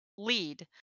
lead